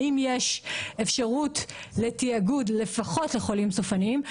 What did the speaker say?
האם יש אפשרות לתיאגוד לפחות לחולים סופניים?